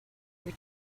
your